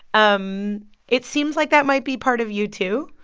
um it seems like that might be part of you, too?